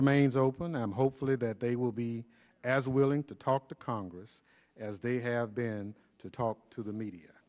remains open and hopefully that they will be as willing to talk to congress as they have been to talk to the